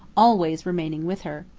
always remaining with her.